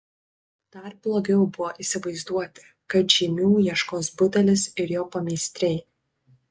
dar blogiau buvo įsivaizduoti kad žymių ieškos budelis ir jo pameistriai